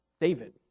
David